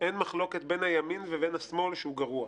בין הימין לבין השמאל שהוא גרוע.